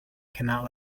cannot